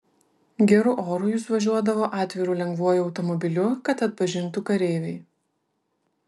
geru oru jis važiuodavo atviru lengvuoju automobiliu kad atpažintų kareiviai